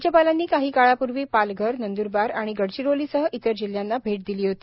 राज्यपालांनी काही काळापूर्वी पालघर नंदरबार आणि गडचिरोलीसह इतर जिल्ह्यांना भेट दिली होती